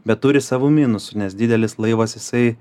bet turi savų minusų nes didelis laivas jisai